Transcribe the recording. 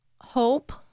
hope